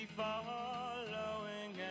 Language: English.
following